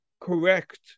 correct